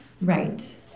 Right